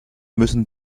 müssen